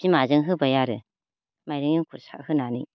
बिमाजों होबाय आरो माइरें एंखुर होनानै